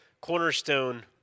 cornerstone